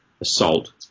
assault